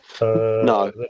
no